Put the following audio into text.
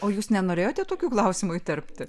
o jūs nenorėjote tokių klausimų įterpti